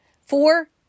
four